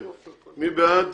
מי בעד?